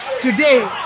today